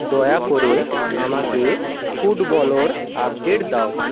দয়া করে আমাকে ফুটবলের আপডেট দাও